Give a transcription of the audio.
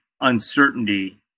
uncertainty